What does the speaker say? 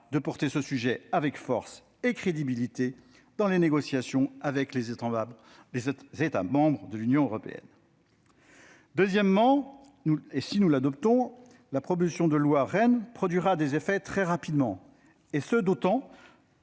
de défendre ce sujet avec force et crédibilité dans les négociations avec les États membres de l'Union européenne. Deuxièmement, si nous l'adoptons, la proposition de loi REEN produira des effets très rapidement, d'autant